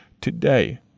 today